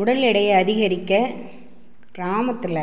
உடல் எடையை அதிகரிக்க கிராமத்தில்